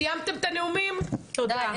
סיימתם את הנאומים, תודה.